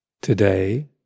today